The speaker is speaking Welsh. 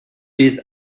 bydd